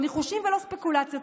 לא ניחושים ולא ספקולציות,